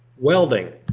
welding.